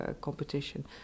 competition